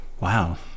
Wow